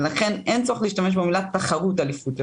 לכן אין צורך להשתמש במילה תחרות אליפות אירופה.